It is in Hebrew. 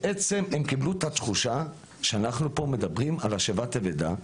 בעצם הם קיבלו את התחושה שאנחנו פה מדברים על השבת אבדה,